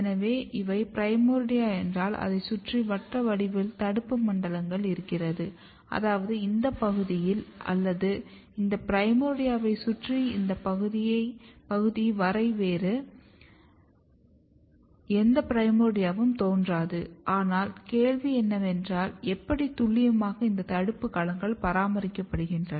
எனவே இவை ப்ரிமோர்டியா என்றால் அதை சுற்றி வட்ட வடிவில் தடுப்பு மண்டலங்கள் இருக்கிறது அதாவது இந்த பகுதியில் அல்லது இந்த பிரைமோர்டியாவைச் சுற்றி இந்த பகுதி வரை வேறு எந்த பிரைமோர்டியாவும் தோன்றாது ஆனால் கேள்வி என்னவென்றால் எப்படி துல்லியமாக இந்த தடுப்பு களங்கள் பராமரிக்கப்படுகின்றன